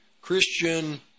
christian